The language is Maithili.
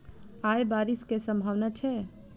आय बारिश केँ सम्भावना छै?